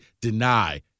deny